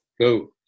Go